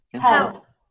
Health